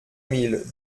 mille